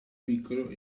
piccolo